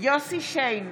יוסף שיין,